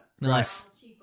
Nice